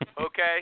okay